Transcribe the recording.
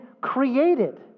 created